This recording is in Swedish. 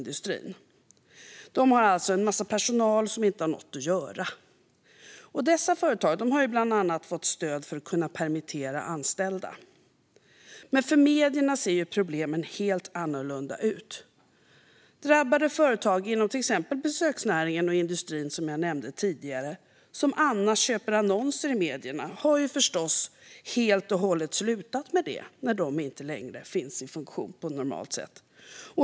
De har alltså en massa personal som inte har något att göra. Dessa företag har bland annat fått stöd för att kunna permittera anställda. Men för medierna ser problemen helt annorlunda ut. Drabbade företag inom till exempel besöksnäringen och industrin, som jag nämnde tidigare, som annars köper annonser i medierna har förstås helt och hållet slutat med det när de inte längre finns i funktion på normalt sätt.